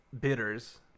bidders